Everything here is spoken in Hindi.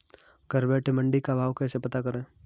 घर बैठे मंडी का भाव कैसे पता करें?